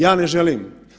Ja ne želim.